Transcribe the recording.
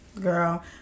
Girl